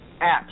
apps